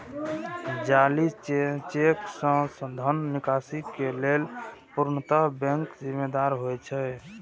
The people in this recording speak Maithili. जाली चेक सं धन निकासी के लेल पूर्णतः बैंक जिम्मेदार होइ छै